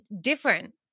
different